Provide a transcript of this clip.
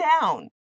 down